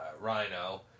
Rhino